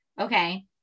Okay